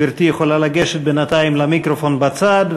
גברתי יכולה לגשת בינתיים למיקרופון בצד.